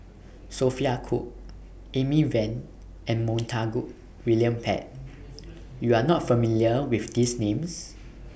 Sophia Cooke Amy Van and Montague William Pett YOU Are not familiar with These Names